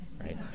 right